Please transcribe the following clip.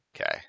Okay